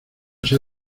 sea